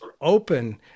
open